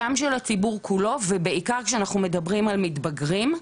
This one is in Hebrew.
גם של הציבור כולו ובעיקר שאנחנו מדברים על מתבגרים,